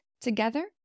together